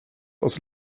das